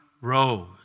rose